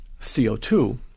CO2